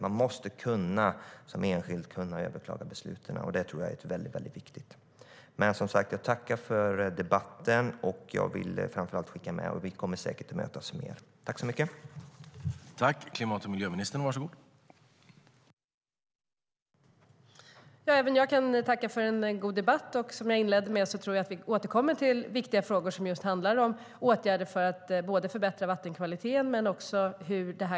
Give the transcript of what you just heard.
Det är väldigt viktigt att man som enskild måste kunna överklaga besluten.